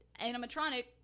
animatronic